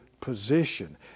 position